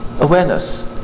awareness